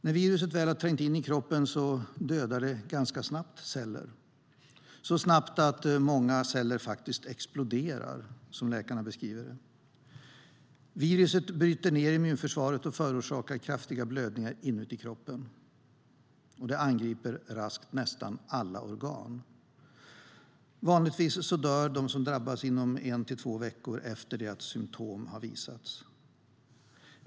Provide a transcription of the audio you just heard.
När viruset väl har trängt in i kroppen dödar det ganska snabbt celler, så snabbt att många celler faktiskt exploderar, som läkarna beskriver det. Viruset bryter ned immunförsvaret och förorsakar kraftiga blödningar inuti kroppen, och det angriper raskt nästan alla organ. Vanligtvis dör de som drabbas inom en till två veckor efter det att symtom har visats.